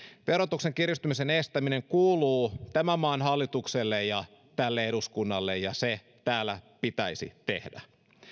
verotuksen kiristymisen estäminen kuuluu tämän maan hallitukselle ja tälle eduskunnalle ja se täällä pitäisi tehdä